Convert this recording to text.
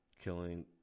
killing